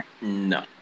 no